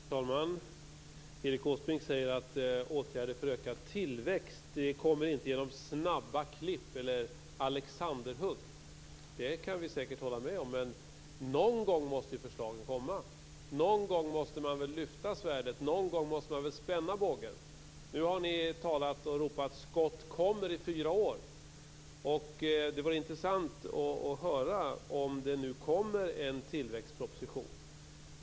Fru talman! Erik Åsbrink säger att åtgärder för ökad tillväxt inte kommer genom snabba klipp eller alexanderhugg. Det kan vi säkert hålla med om, men någon gång måste förslagen komma. Någon gång måste man lyfta svärdet och spänna bågen. Nu har ni i fyra år ropat: Skott kommer. Det vore intressant att höra om det nu kommer en tillväxtproposition.